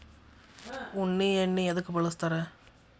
ಉಣ್ಣಿ ಎಣ್ಣಿ ಎದ್ಕ ಬಳಸ್ತಾರ್?